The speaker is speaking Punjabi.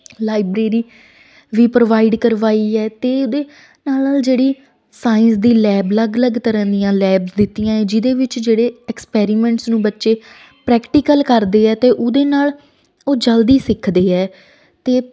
ਲਾਈਬ੍ਰੇਰੀ ਵੀ ਪ੍ਰੋਵਾਈਡ ਕਰਵਾਈ ਹੈ ਅਤੇ ਉਹਦੇ ਨਾਲ ਨਾਲ ਜਿਹੜੀ ਸਾਈੰਸ ਦੀ ਲੈਬ ਅਲੱਗ ਅਲੱਗ ਤਰ੍ਹਾਂ ਦੀਆਂ ਲੈਬਸ ਦਿੱਤੀਆਂ ਏ ਜਿਹਦੇ ਵਿੱਚ ਜਿਹੜੇ ਐਕਸਪੈਰੀਮੈਂਟਸ ਨੂੰ ਬੱਚੇ ਪ੍ਰੈਕਟੀਕਲ ਕਰਦੇ ਹੈ ਅਤੇ ਉਹਦੇ ਨਾਲ ਉਹ ਜਲਦੀ ਸਿੱਖਦੇ ਹੈ ਅਤੇ